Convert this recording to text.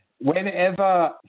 Whenever